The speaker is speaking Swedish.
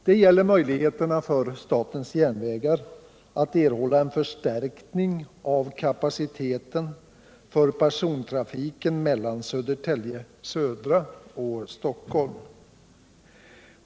Det gäller möjligheterna för statens järnvägar att erhålla en förstärkning av kapaciteten för persontrafiken mellan Södertälje Södra och Stockholm.